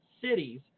cities